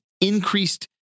increased